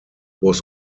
was